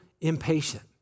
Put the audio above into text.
impatient